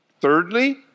Thirdly